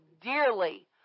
dearly